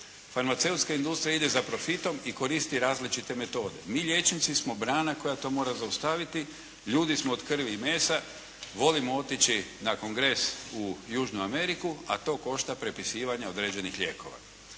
Farmaceutska industrija ide za profitom i koristi različite metode. Mi liječnici smo brana koja to mora zaustaviti, ljudi smo od krvi i mesa, volimo otići na kongres u Južnu Ameriku, a to košta prepisivanja određenih lijekova.